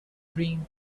dream